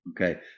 Okay